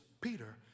Peter